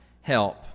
help